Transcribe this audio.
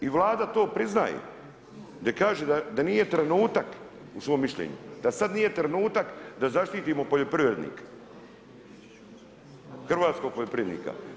I Vlada to priznaje gdje kaže da nije trenutak u svom mišljenju, da sad nije trenutak da zaštitimo poljoprivrednike, hrvatskog poljoprivrednika.